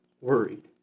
worried